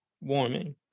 warming